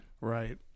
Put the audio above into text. Right